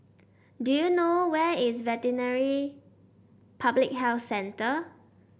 do you know where is Veterinary Public Health Centre